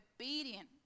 obedient